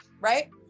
Right